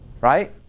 Right